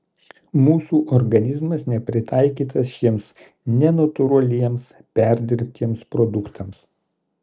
mūsų organizmas nepritaikytas šiems nenatūraliems perdirbtiems produktams